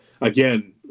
again